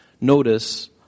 notice